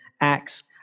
Acts